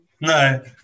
No